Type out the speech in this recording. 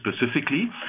specifically